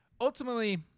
ultimately